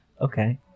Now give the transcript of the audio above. Okay